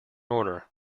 order